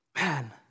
man